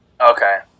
okay